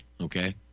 okay